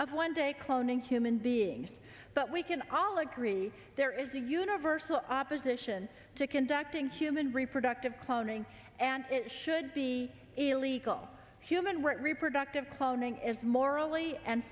of one day cloning human being but we can all agree there is a universal opposition to conducting human reproductive cloning and it should be illegal human right reproductive cloning is morally and